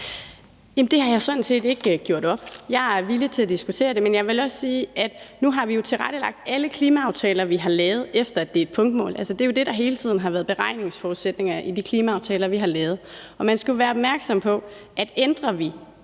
Det har jeg sådan set ikke gjort op med mig selv. Jeg er villig til at diskutere det, men jeg vil også sige, at vi jo nu har tilrettelagt alle klimaaftaler, vi har lavet, efter, at det er punktmål. Det er jo det, der hele tiden har været beregningsforudsætningerne i de klimaaftaler, vi har lavet. Man skal jo være opmærksom på, at ændrer vi